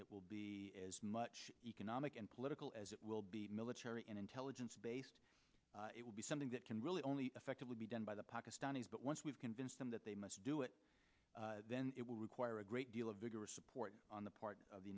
it will be as much economic and political as it will be military and intelligence based it will be something that can really only effectively be done by the pakistanis but once we've convinced them that they must do it then it will require a great deal of vigorous support on the part of the